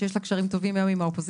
שיש לה קשרים טובים גם עם האופוזיציה,